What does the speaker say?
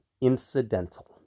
incidental